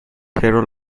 aero